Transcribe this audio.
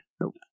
Nope